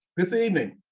this evening